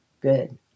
good